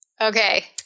Okay